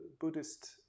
Buddhist